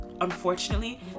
unfortunately